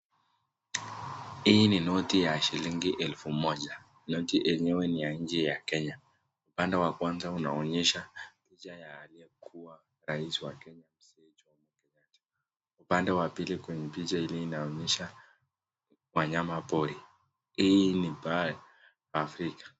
Hii ni noti ya shilingi elfu moja noti enyewe niya inchi ya {kenya} upande wa kwanza inaonyesha picha ya aliye mkuu wa raisi wa kenya upande wa pili kwenye picha hili inaonyesha wanyama pori hii ni baa {africa}